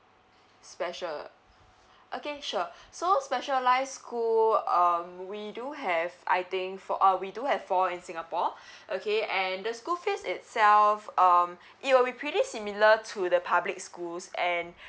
special okay sure so specialise school um we do have I think fo~ uh we do have four in singapore okay and the school fees itself um it will be pretty similar to the public schools and